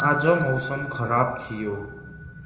आज मौसम खराब थियो